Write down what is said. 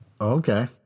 okay